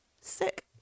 sick